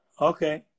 Okay